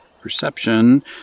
Perception